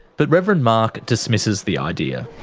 but reverend mark dismisses the idea.